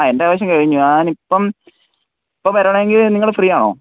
ആ എന്റെ ആവശ്യം കഴിഞ്ഞു ഞാനിപ്പം ഇപ്പം വരണമെങ്കിൽ നിങ്ങൾ ഫ്രീയാണോ